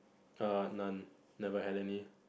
err none never had any